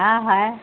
ہاں ہے